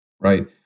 right